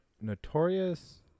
notorious